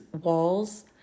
walls